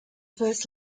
first